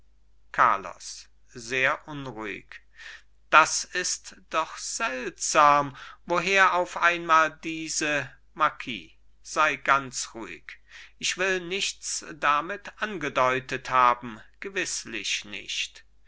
carlos sehr unruhig das ist doch seltsam woher auf einmal diese marquis sei ganz ruhig ich will nichts damit angedeutet haben gewißlich nicht